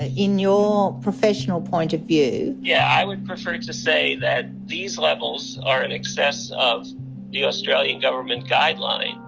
ah in your professional point of view? yeah, i would prefer to say that these levels are in excess of the australian government guideline.